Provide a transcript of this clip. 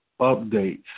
updates